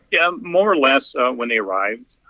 yeah. more or less when they arrived,